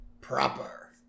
proper